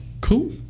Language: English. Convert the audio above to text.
Cool